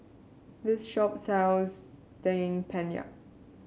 this shop sells Daging Penyet